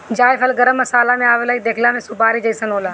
जायफल गरम मसाला में आवेला इ देखला में सुपारी जइसन होला